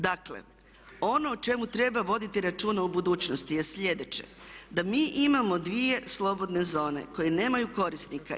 Dakle, ono o čemu treba voditi računa u budućnosti je sljedeće da mi imamo dvije slobodne zone koje nemaju korisnika.